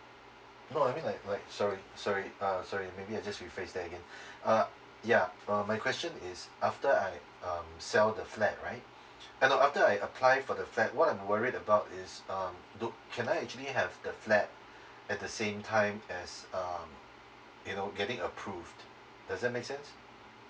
no I mean like like sorry sorry uh sorry maybe I just rephrase that again uh ya uh my question is after I um sell the flat right eh no after I apply for the flat what I'm worried about is um do can I actually have the flat at the same time as um you know getting approved doesn't make sense